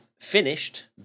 finished